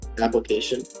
application